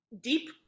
deep